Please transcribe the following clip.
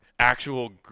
actual